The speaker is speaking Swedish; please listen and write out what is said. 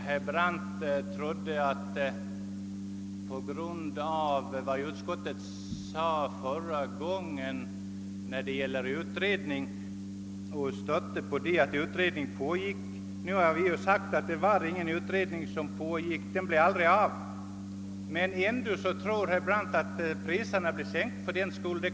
Herr talman! Herr Brandt åberopade vad utskotiet sade förra gången, då man stödde sig på att det pågick en utredning. Vi har nu påpekat, att det inte pågick någon utredning; den blev aldrig av. Men herr Brandt tror ändå att detta medför att priserna blir lägre.